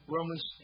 Romans